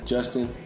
Justin